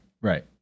Right